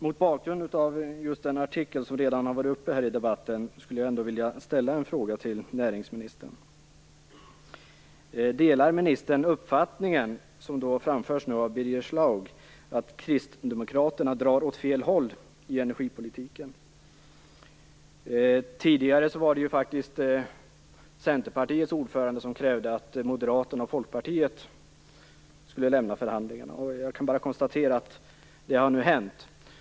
Mot bakgrund av den artikel som har tagits upp i debatten skulle jag vilja ställa en fråga till näringsministern. Delar ministern Birger Schlaugs uppfattning att Kristdemokraterna drar åt fel håll i energipolitiken? Tidigare var det Centerpartiets ordförande som krävde att Moderaterna och Folkpartiet skulle lämna förhandlingarna. Jag kan bara konstatera att det nu har hänt.